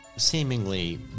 seemingly